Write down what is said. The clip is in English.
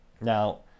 Now